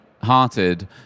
hearted